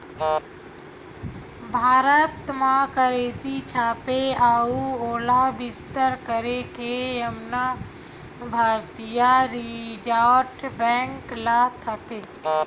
भारत म करेंसी छापे अउ ओला बितरन करे के जुम्मा भारतीय रिजर्व बेंक ल होथे